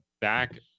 back